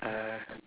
uh